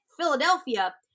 Philadelphia